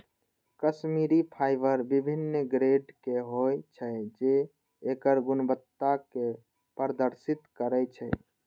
Kashmiri fibre विभिन्न grade के होइ छै, जे एकर गुणवत्ता कें प्रदर्शित करै छै